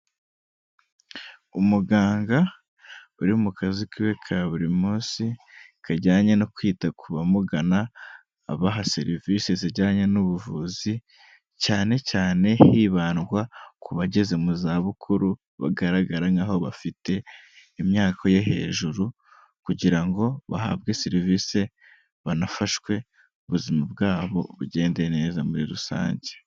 Umuganga uri mu kazi kiwe ka buri munsi, kajyanye no kwita ku bamugana, abaha serivisi zijyanye n'ubuvuzi, cyane cyane hibandwa ku bageze mu zabukuru, bagaragara nk'aho bafite imyaka yo hejuru kugira ngo bahabwe serivisi, banafashwe, ubuzima bwabo bugende neza muri rusange.